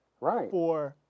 Right